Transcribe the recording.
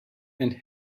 and